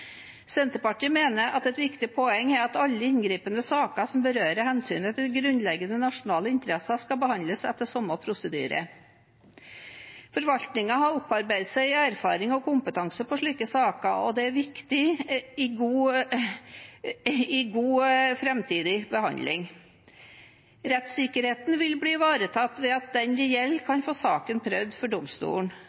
Senterpartiet mener at et viktig poeng er at alle inngripende saker som berører hensynet til grunnleggende nasjonale interesser, skal behandles etter samme prosedyre. Forvaltningen har opparbeidet seg erfaring og kompetanse på slike saker, og dette er viktig i god framtidig behandling. Rettssikkerheten vil bli ivaretatt ved at den det gjelder, kan få saken prøvd for domstolen.